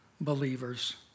believers